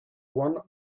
one